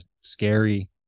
scary